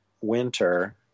Winter